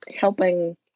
helping